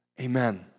Amen